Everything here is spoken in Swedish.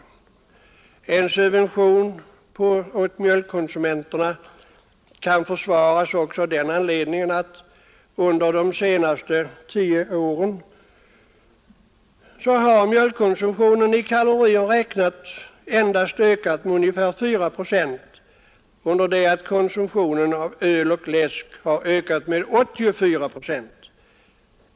En subvention åt mjölkkonsumenterna kan också försvaras av den anledningen att under de senaste tio åren har mjölkkonsumtionen i kalorier räknat endast ökat med 4 procent, under det att konsumtionen av öl och läsk har ökat med 84 procent.